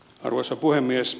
arvoisa puhemies